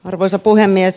arvoisa puhemies